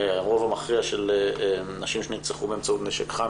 הרוב המכריע של נשים שנרצחו באמצעות נשק חם,